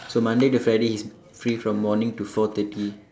so Monday to Friday he's free from morning to four thirty